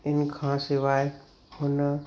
इन खां सवाइ हुन